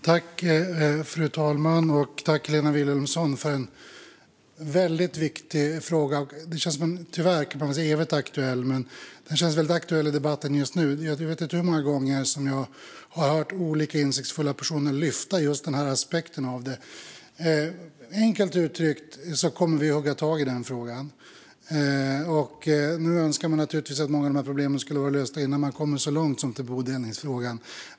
Fru talman! Tack, Helena Vilhelmsson, för en väldigt viktig fråga! Det känns tyvärr som att den är evigt aktuell, men den känns väldigt aktuell i debatten just nu. Jag vet inte hur många gånger som jag har hört olika insiktsfulla personer lyfta fram just den aspekten. Enkelt uttryckt kommer vi att hugga tag i den frågan. Nu önskar man naturligtvis att många av de här problemen skulle vara lösta innan man kommit så långt som till bodelningsfrågan.